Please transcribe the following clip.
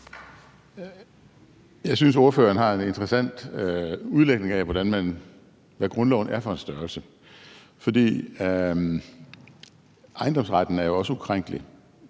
Jeg synes, ordføreren har en interessant udlægning af, hvad grundloven er for en størrelse. For ejendomsretten er jo også ukrænkelig,